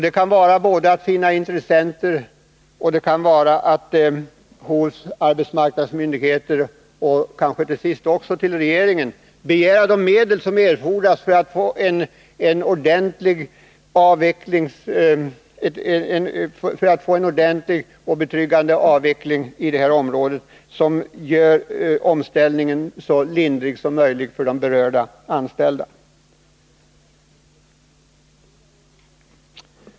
Det kan gälla både att finna intressenter och att hos arbetsmarknadsmyndigheter, kanske till sist också hos regeringen, begära de medel som erfordras för att få en ordentlig och betryggande avveckling i detta område, en avveckling som gör omställningen så lindrig som möjligt för berörda anställda.